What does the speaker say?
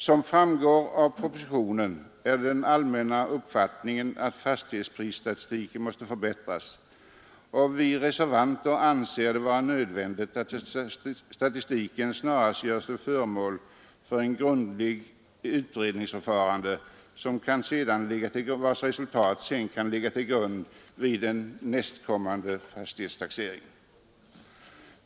Som framgår av propositionen är det den allmänna uppfattningen att fastighetsprisstatistiken måste förbättras, och vi reservanter anser det nödvändigt att statistiken snarast görs till föremål för ett grundligt utredningsförfarande, vars resultat senare kan bilda underlag för nästkommande fastighetstaxering.